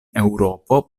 eŭropo